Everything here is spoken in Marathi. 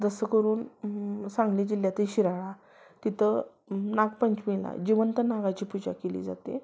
जसं करून सांगली जिल्ह्यातील शिराळा तिथं नागपंचमीला जिवंत नागाची पूजा केली जाते